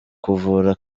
kuvura